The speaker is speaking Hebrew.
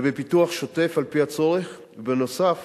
ובפיתוח שוטף על-פי הצורך, בנוסף